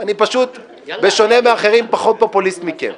אני פשוט בשונה מאחרים פחות פופוליסט מכם.